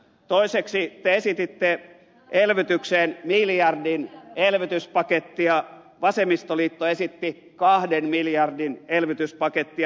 toiseksi te esititte elvytykseen miljardin elvytyspakettia vasemmistoliitto esitti kahden miljardin elvytyspakettia